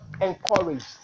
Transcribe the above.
encouraged